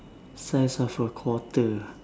size of a quarter ah